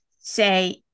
say